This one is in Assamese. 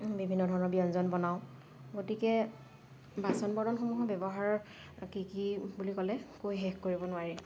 বিভিন্ন ধৰণৰ ব্যঞ্জন বনাওঁ গতিকে বাচন বৰ্তনসমূহৰ ব্যৱহাৰ কি কি বুলি ক'লে কৈ শেষ কৰিব নোৱাৰি